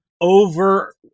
over